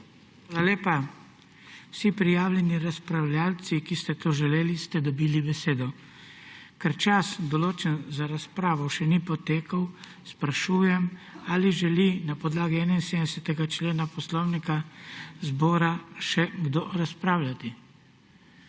Hvala lepa. Vsi prijavljeni razpravljavci, ki ste to želeli, ste dobili besedo. Ker čas, določen za razpravo, še ni potekel, sprašujem, ali želi na podlagi 71. člena Poslovnika zbora še kdo razpravljati?